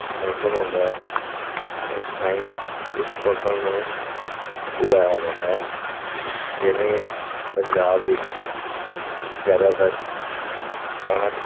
ਮੌਸਮ ਆਉਂਦਾ ਹੈ ਉਸ ਟਾਈਮ ਉਸ ਫਸਲ ਨੂੰ ਉਗਾਇਆ ਜਾਂਦਾ ਹੈ ਜਿਵੇਂ ਪੰਜਾਬ ਵਿੱਚ ਜ਼ਿਆਦਾਤਰ ਕਣਕ